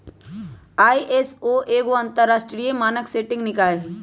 ISO एगो अंतरराष्ट्रीय मानक सेटिंग निकाय हइ